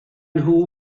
nhw